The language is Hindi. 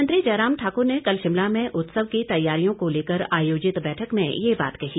मुख्यमंत्री जयराम ठाकुर ने कल शिमला में उत्सव की तैयारियों को लेकर आयोजित बैठक मे यह बात कही